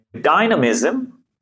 dynamism